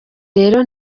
rero